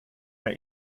der